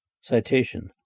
Citation